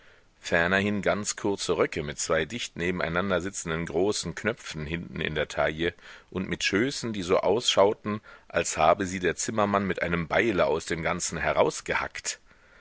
fernerhin ganz kurze röcke mit zwei dicht nebeneinandersitzenden großen knöpfen hinten in der taille und mit schößen die so ausschauten als habe sie der zimmermann mit einem beile aus dem ganzen